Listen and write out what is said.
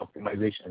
optimization